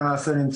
זה ניתן